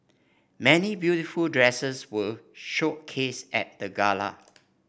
many beautiful dresses were showcased at the gala